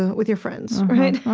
with your friends, right?